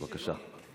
בבקשה.